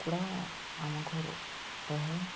କୁକୁଡ଼ା ଆମ ଘରେ ରହେ